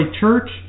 church